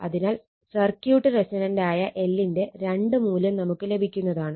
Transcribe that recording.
അതിനാൽ സർക്യൂട്ട് റെസൊണന്റായ L ൻറെ രണ്ട് മൂല്യം നമുക്ക് ലഭിക്കുന്നതാണ്